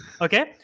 okay